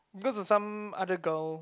because of some other girl